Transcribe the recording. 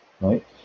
right